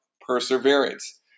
perseverance